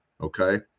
okay